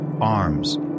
arms